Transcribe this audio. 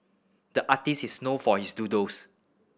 the artist is known for his doodles